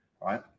right